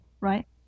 Right